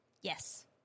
Yes